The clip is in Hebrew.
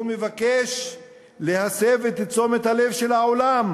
הוא מבקש להסב את תשומת הלב של העולם